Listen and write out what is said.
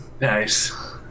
nice